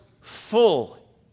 full